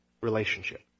relationship